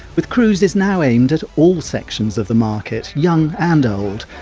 with cruises now aimed at all sections of the market, young and old,